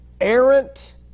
errant